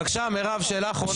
בבקשה מירב, שאלה אחרונה.